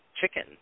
chicken